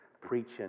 preaching